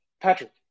patrick